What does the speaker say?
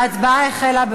ההצבעה החלה.